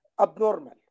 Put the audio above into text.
abnormal